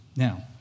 Now